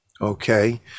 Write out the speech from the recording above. okay